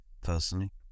personally